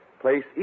Place